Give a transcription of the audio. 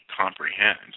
comprehend